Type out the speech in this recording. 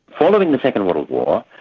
following the second world war,